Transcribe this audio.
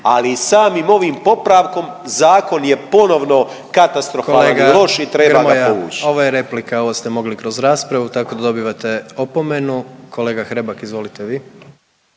i samim ovim popravkom zakon je ponovno katastrofalan još i treba ga povući.